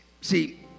see